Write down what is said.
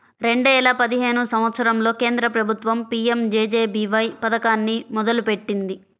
రెండేల పదిహేను సంవత్సరంలో కేంద్ర ప్రభుత్వం పీ.యం.జే.జే.బీ.వై పథకాన్ని మొదలుపెట్టింది